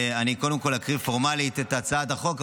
קודם כול אקריא פורמלית את הצעת החוק,